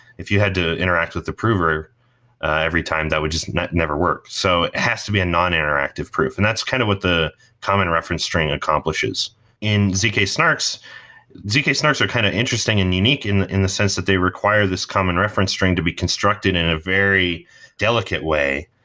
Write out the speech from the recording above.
if you had to interact with the prover every time, that would just never work. it so has to be a non-interactive proof. and that's kind of what the common reference string accomplishes in zk-snarks, zk-snarks zk-snarks are kind of interesting and unique in in the sense that they require this common reference string to be constructed in a very delicate way.